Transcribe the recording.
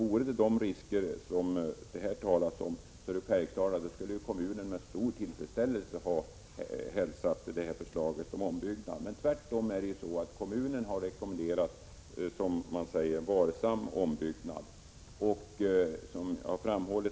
Om de risker som det här talas om förelåg, skulle kommunen naturligtvis ha hälsat förslaget om ombyggnad med stor tillfredsställelse. Tvärtom har kommunen rekommenderat en, som man säger, varsam ombyggnad.